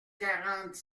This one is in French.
quarante